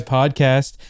Podcast